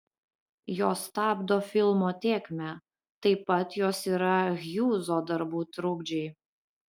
jos stabdo filmo tėkmę taip pat jos yra hjūzo darbų trukdžiai